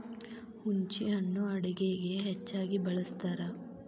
ಹುಂಚಿಹಣ್ಣು ಅಡುಗೆಗೆ ಹೆಚ್ಚಾಗಿ ಬಳ್ಸತಾರ